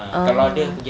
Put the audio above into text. ah